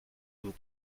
vous